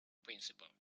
principle